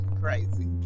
crazy